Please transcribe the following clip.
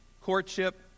courtship